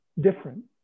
different